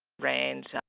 range